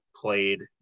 played